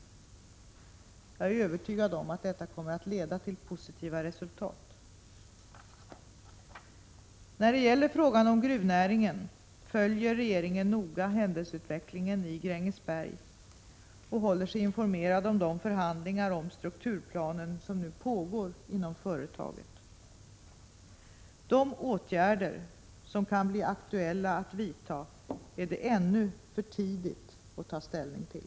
Jag är övertygad om att detta kommer att leda till positiva resultat. När det gäller frågan om gruvnäringen följer regeringen noga händelseutvecklingen i Grängesberg och håller sig informerad om de förhandlingar om strukturplanen som nu pågår inom företaget. Vilka åtgärder som kan bli aktuella att vidta är det ännu för tidigt att ta ställning till.